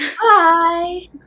Bye